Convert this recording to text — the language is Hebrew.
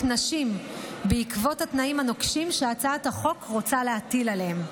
נשים בעקבות התנאים הנוקשים שהצעת החוק רוצה להטיל עליהם.